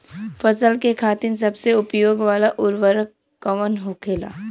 फसल के खातिन सबसे उपयोग वाला उर्वरक कवन होखेला?